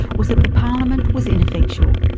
was that the parliament was ineffectual.